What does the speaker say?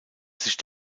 sich